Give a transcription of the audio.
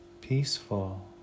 Peaceful